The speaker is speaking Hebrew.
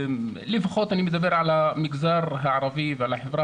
לפחות אני מדבר על המגזר הערבי ועל החברה